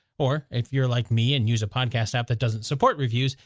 or, if you're like me and use a podcast app that doesn't support reviews,